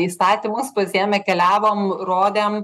įstatymus pasiėmę keliavom rodėm